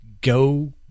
go